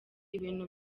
ibintu